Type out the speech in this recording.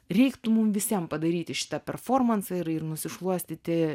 reiktų mum visiem padaryti šitą performansą ir ir nusišluostyti